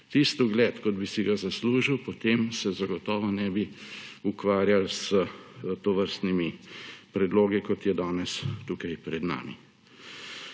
tisti ugled, kot bi si ga zaslužil, potem se zagotovo ne bi ukvarjali s tovrstnimi predlogi, kot je danes tukaj pred nami.